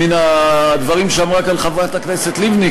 מן הדברים שאמרה כאן חברת הכנסת לבני,